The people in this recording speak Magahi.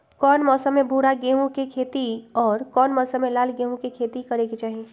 कौन मौसम में भूरा गेहूं के खेती और कौन मौसम मे लाल गेंहू के खेती करे के चाहि?